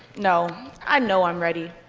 no, i know i'm ready.